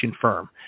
firm